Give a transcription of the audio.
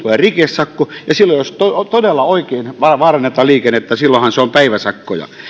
rikesakko ja silloin jos todella oikein vaarannetaan liikennettä silloinhan tulee päiväsakkoja